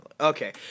Okay